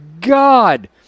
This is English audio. God